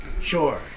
Sure